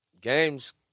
Game's